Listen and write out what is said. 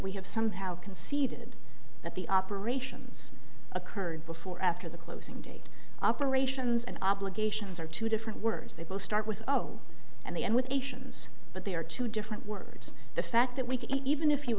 we have somehow conceded that the operations occurred before or after the closing date operations and obligations are two different words they both start with zero and the end with patients but they are two different words the fact that we could even if you